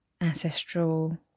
ancestral